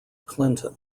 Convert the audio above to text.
clinton